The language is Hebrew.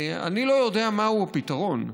אני לא יודע מהו הפתרון,